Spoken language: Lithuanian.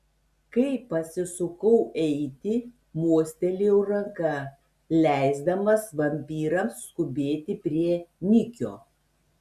kai pasisukau eiti mostelėjau ranka leisdamas vampyrams skubėti prie nikio